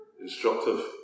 instructive